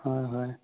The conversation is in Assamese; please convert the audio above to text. হয় হয়